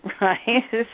right